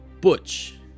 Butch